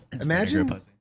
imagine